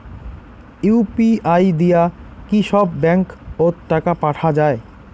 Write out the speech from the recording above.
UPI দিয়া কি সব ব্যাংক ওত টাকা পাঠা যায়?